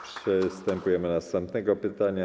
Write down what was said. Przystępujemy do następnego pytania.